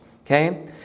okay